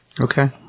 Okay